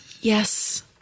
Yes